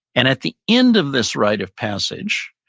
and at the end of this rite of passage,